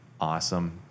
awesome